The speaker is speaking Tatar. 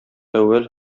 әүвәл